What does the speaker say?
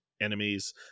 enemies